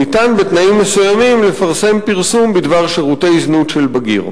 ניתן בתנאים מסוימים לפרסם פרסום בדבר שירותי זנות של בגיר.